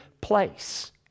place